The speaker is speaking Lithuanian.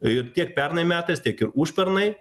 juk tiek pernai metais tiek ir užpernai